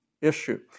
issue